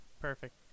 Perfect